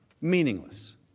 meaningless